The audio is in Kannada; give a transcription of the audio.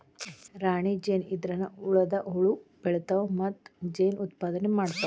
ರಾಣಿ ಜೇನ ಇದ್ರನ ಉಳದ ಹುಳು ಬೆಳಿತಾವ ಮತ್ತ ಜೇನ ಉತ್ಪಾದನೆ ಮಾಡ್ತಾವ